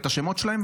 את השמות שלהם.